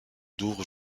douvres